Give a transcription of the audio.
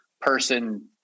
person